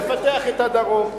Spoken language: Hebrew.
נפתח את הדרום.